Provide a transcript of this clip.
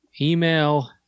email